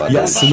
Yes